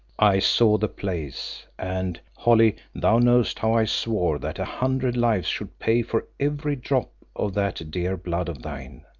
i saw the place and, holly, thou knowest how i swore that a hundred lives should pay for every drop of that dear blood of thine,